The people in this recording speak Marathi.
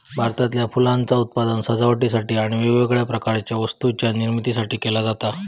भारतात फुलांचा उत्पादन सजावटीसाठी आणि वेगवेगळ्या प्रकारच्या वस्तूंच्या निर्मितीसाठी केला जाता